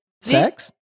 Sex